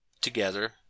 together